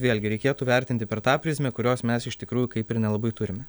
vėlgi reikėtų vertinti per tą prizmę kurios mes iš tikrųjų kaip ir nelabai turime